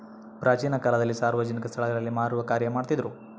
ಪ್ರಾಚೀನ ಕಾಲದಲ್ಲಿ ಸಾರ್ವಜನಿಕ ಸ್ಟಳಗಳಲ್ಲಿ ಮಾರುವ ಕಾರ್ಯ ಮಾಡ್ತಿದ್ರು